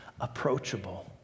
approachable